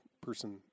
person